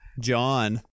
John